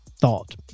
thought